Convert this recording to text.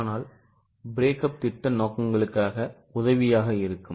ஆனால் பிரேக்கப் திட்ட நோக்கங்களுக்காக உதவியாக இருக்கும்